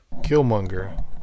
Killmonger